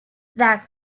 that